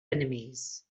enemies